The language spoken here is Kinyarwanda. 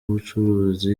ubucuruzi